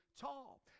tall